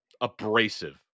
abrasive